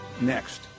next